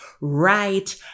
right